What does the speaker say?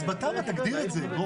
אז בתמ"א תגדיר את זה.